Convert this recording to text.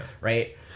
right